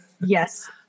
Yes